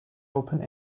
open